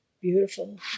beautiful